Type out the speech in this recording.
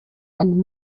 and